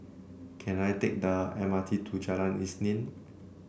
can I take the M R T to Jalan Isnin